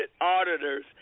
auditors